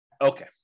Okay